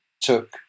took